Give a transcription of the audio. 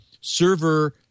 server